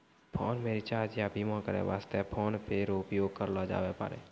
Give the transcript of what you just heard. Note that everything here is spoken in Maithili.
फोन मे रिचार्ज या बीमा करै वास्ते फोन पे रो उपयोग करलो जाबै पारै